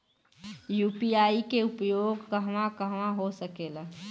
UPI के उपयोग कहवा कहवा हो सकेला?